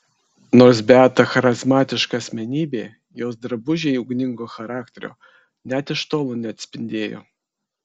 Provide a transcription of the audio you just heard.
nors beata charizmatiška asmenybė jos drabužiai ugningo charakterio net iš tolo neatspindėjo